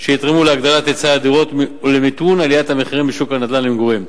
שיתרמו להגדלת היצע הדירות ולמיתון עליית המחירים בשוק הנדל"ן למגורים: